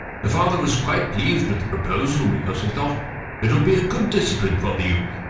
the father was quite pleased with the proposal, because he thought it will be a good discipline for the youth.